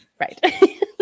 Right